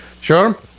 Sure